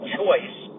choice